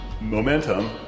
momentum